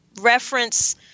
reference